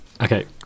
Okay